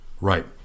Right